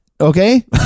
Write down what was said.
Okay